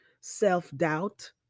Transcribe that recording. self-doubt